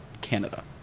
Canada